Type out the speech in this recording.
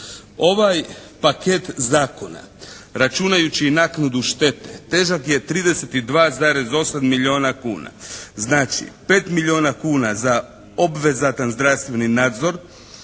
Ovaj paket zakona računajući i naknadu štete, težak je 32,8 milijuna kuna. Znači 5 milijuna kuna za obvezatan zdravstveni nadzor